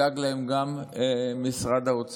ידאגו להם גם הנציגים שלהם כאן וידאג להם גם משרד האוצר.